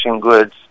goods